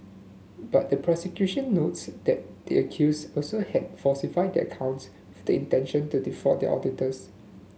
but the prosecution notes that the accused also had falsified their accounts the intention to defraud their auditors